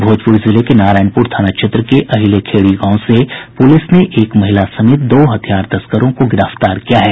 भोजपुर जिले के नारायणपुर थाना क्षेत्र के अहिले खेड़ी गांव से पुलिस ने एक महिला समेत दो हथियार तस्करों को गिरफ्तार किया है